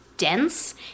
dense